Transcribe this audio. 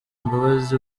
mbabazi